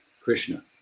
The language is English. Krishna